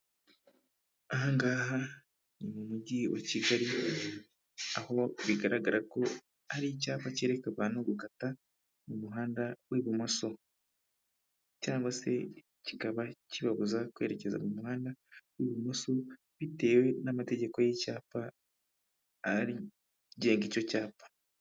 Aha ngaha ni mu mujyi wa Kigali, aho bigaragara ko hari icyapa cyereka abantu gukata mu muhanda w'ibumoso cyangwa se kikaba kibabuza kwerekeza mu muhanda w'ibumoso bitewe n'amategeko y'icyapa ari agenga icyo cyapa.